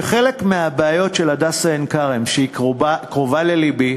שחלק מהבעיות של "הדסה עין-כרם", שקרוב ללבי